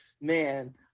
Man